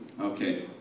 Okay